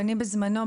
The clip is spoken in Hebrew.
בזמנו,